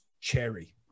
cherry